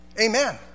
Amen